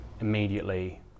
immediately